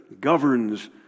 governs